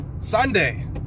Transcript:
Sunday